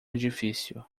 edifício